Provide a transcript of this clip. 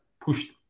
pushed